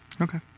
Okay